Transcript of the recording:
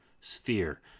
sphere